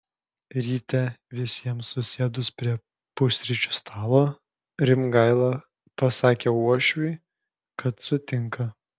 ryte visiems susėdus prie pusryčių stalo rimgaila pasakė uošviui kad sutinka